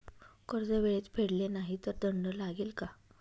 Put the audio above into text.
कर्ज वेळेत फेडले नाही तर दंड लागेल का?